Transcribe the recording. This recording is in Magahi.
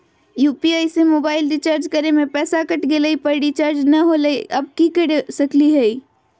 यू.पी.आई से मोबाईल रिचार्ज करे में पैसा कट गेलई, पर रिचार्ज नई होलई, अब की कर सकली हई?